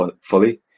fully